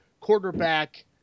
quarterback